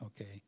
okay